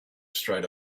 straight